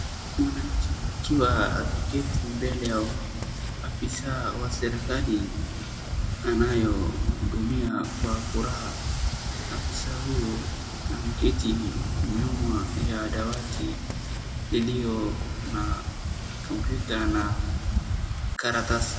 Mwaaanchi akiwa ameketi mbele ya afisaa wa seriklai anayohudumia kwa furaha. Afisaa huyu ameketi nyuma ya dawati iliyo na kompyuta na karatasi.